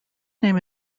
name